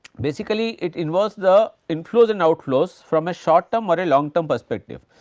basically it involves the inflows and outflows from a short term or a long term perspective.